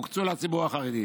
הוקצו לציבור החרדי,